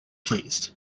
pleased